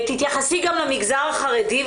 תתייחסי גם למגזר החרדי,